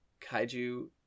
Kaiju